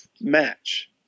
match